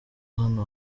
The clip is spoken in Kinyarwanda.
hano